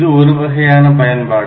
இது ஒருவகையான பயன்பாடு